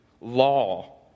law